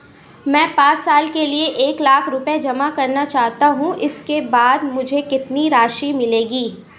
मैं पाँच साल के लिए एक लाख रूपए जमा करना चाहता हूँ इसके बाद मुझे कितनी राशि मिलेगी?